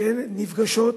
שהן נפגשות,